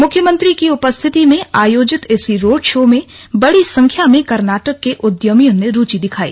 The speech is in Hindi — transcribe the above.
मुख्यमंत्री की उपस्थिति में आयोजित इस रोड शो में बड़ी संख्या में कर्नाटक के उद्यमियों ने रूचि दिखाई